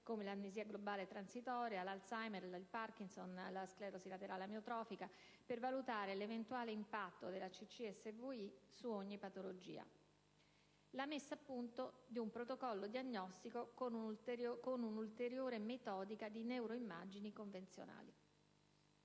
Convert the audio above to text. come l'amnesia globale transitoria, l'Alzheimer, il Parkinson, la sclerosi laterale amiotrofica, per valutare l'eventuale impatto della CCSVI su ogni patologia; la messa a punto di un protocollo diagnostico con un'ulteriore metodica di neuro-immagini convenzionali».